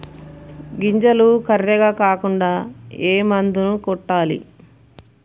గింజలు కర్రెగ కాకుండా ఏ మందును కొట్టాలి?